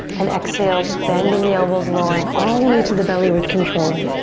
and exhale, bending the elbows, lowering all the way to the belly with control.